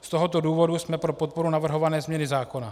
Z tohoto důvodu jsme pro podporu navrhované změny zákona.